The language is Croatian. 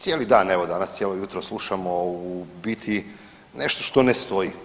Cijeli dan evo danas cijelo jutro slušamo u biti nešto što ne stoji.